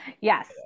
Yes